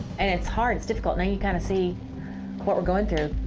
and it's hard, it's difficult. now you kinda see what we're going through.